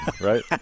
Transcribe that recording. right